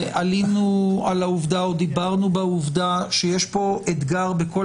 ועלינו על העובדה או דיברנו בעובדה שיש פה אתגר בכל